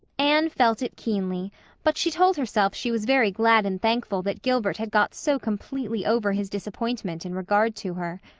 anne felt it keenly but she told herself she was very glad and thankful that gilbert had got so completely over his disappointment in regard to her.